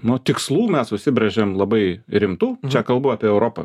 nu tikslų mes užsibrėžėm labai rimtų čia kalbu apie europą